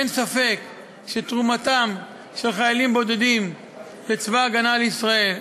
אין ספק שתרומתם של חיילים בודדים לצבא ההגנה לישראל,